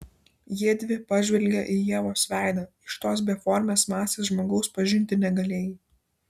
jiedvi pažvelgė į ievos veidą iš tos beformės masės žmogaus pažinti negalėjai